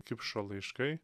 kipšo laiškai